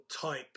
type